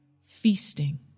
feasting